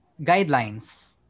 guidelines